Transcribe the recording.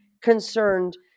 concerned